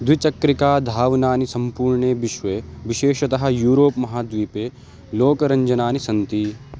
द्विचक्रिकाधावनानि सम्पूर्णे विश्वे विशेषतः यूरोप् महाद्वीपे लोकरञ्जनानि सन्ति